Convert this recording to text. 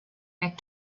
back